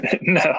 No